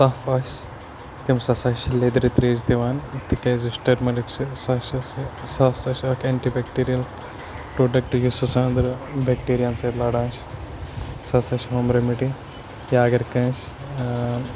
تَپھ آسہِ تٔمۍ سُہ ہَسا چھِ لیٚدرِ ترٛیش دِوان تِکیٛازِ یُس ٹٔرمیرِک چھِ سُہ ہَسا چھِ سُہ ہَسا چھِ اَکھ اٮ۪نٹی بیٚکٹیٖریَل پرٛوڈَکٹ یُس ہَسا أنٛدرٕ بیٚکٹیٖریَن سۭتۍ لَڑان چھِ سُہ ہَسا چھِ ہوم رِیمِڈی یا اگر کٲنٛسہِ